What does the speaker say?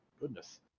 goodness